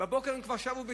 בבוקר הם כבר שבו בתשובה,